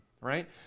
right